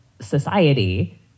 society